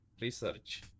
research